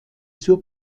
zur